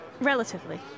Relatively